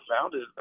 founded